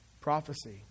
Prophecy